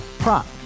Prop